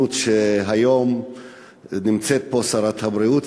ההזדמנות שהיום נמצאת פה שרת הבריאות,